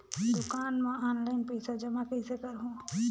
दुकान म ऑनलाइन पइसा जमा कइसे करहु?